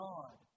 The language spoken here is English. God